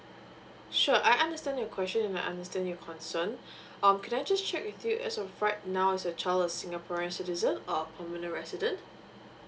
sure I understand your question I understand your concern um can I just check with you as of right now is your child a singaporean citizen or permanent resident